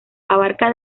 abarca